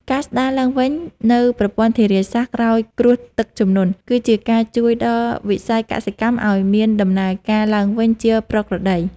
ការស្តារឡើងវិញនូវប្រព័ន្ធធារាសាស្ត្រក្រោយគ្រោះទឹកជំនន់ គឺជាការជួយដល់វិស័យកសិកម្មឱ្យមានដំណើរការឡើងវិញជាប្រក្រតី។